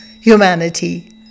humanity